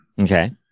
Okay